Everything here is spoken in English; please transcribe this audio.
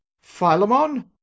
Philemon